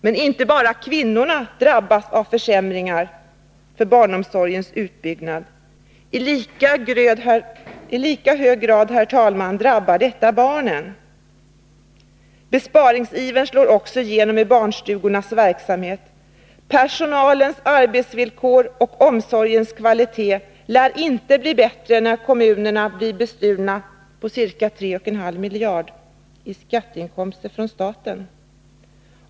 Men inte bara kvinnorna drabbas av försämringar för barnomsorgens utbyggnad. I lika hög grad, herr talman, drabbar detta barnen. Besparingsivern slår också igenom i barnstugornas verksamhet. Personalens arbetsvillkor och omsorgens kvalitet lär inte bli bättre när kommunerna blir bestulna på ca 3,5 miljarder i skatteinkomster från staten.